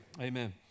Amen